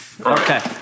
Okay